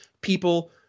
people